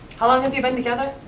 how long have you been together?